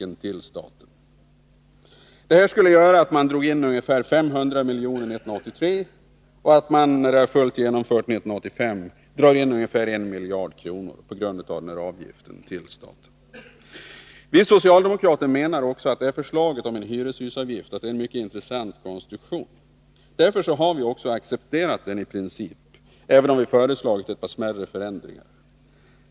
Den föreslagna avgiften till staten skulle innebära ungefär 500 miljoner 1983 och ungefär 1 miljard kronor när förslaget är fullt genomfört 1985. Vi socialdemokrater menar att förslaget om en hyreshusavgift är en intressant konstruktion. Därför har vi också i princip accepterat det, även om vi föreslagit några smärre förändringar.